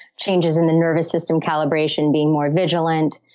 changes in the nervous system calibration, being more vigilant,